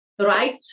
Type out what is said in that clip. right